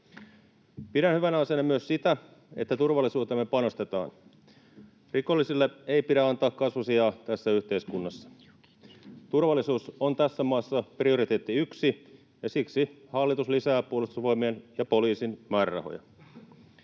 Pidän hyvänä asiana myös sitä, että turvallisuuteemme panostetaan. Rikollisille ei pidä antaa kasvusijaa tässä yhteiskunnassa. Turvallisuus on tässä maassa prioriteetti numero yksi, ja siksi hallitus lisää Puolustusvoimien ja poliisin määrärahoja.